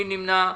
מי נמנע?